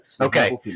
Okay